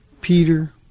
Peter